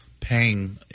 paying